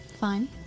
Fine